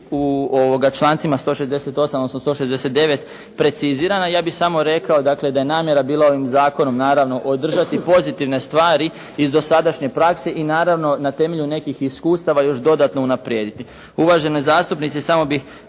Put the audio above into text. u člancima 168., odnosno 169. precizirana. Ja bih samo rekao dakle da je namjera bila ovim zakonom naravno održati pozitivne stvari iz dosadašnje prakse i naravno na temelju nekih iskustava još dodatno unaprijediti. Uvaženi zastupnici, samo bih